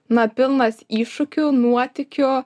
na pilnas iššūkių nuotykių